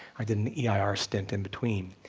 i did an yeah ah eir stint in between,